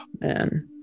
man